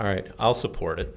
all right i'll support it